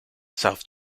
south